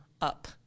up